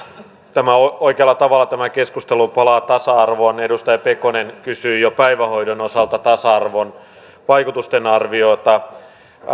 tämä keskustelu oikealla tavalla palaa tasa arvoon edustaja pekonen kysyi jo päivähoidon osalta tasa arvon vaikutusten arviota